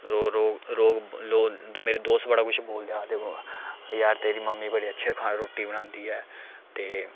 लोक लोक मेरे दोस्त बड़ा कुछ बोलदे ऐ आखदे यार तेरी मम्मी बड़ी अच्छे खाना रुट्टी बनांदी ऐ ते